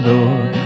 Lord